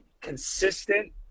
consistent